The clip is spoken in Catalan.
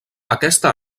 aquesta